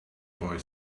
boy